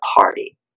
party